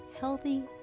Healthy